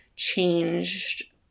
changed